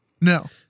No